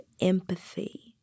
empathy